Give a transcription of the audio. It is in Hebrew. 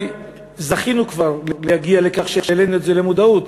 כבר זכינו להגיע לכך שהעלינו את זה למודעות,